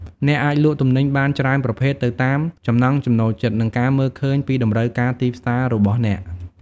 អ្នកអាចលក់ទំនិញបានច្រើនប្រភេទទៅតាមចំណង់ចំណូលចិត្ត និងការមើលឃើញពីតម្រូវការទីផ្សាររបស់អ្នក។